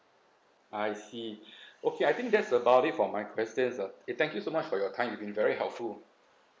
I see okay I think that's about it from my questions ah K thank you so much for your time you've been very helpful